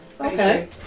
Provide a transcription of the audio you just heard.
Okay